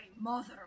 mother